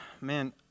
man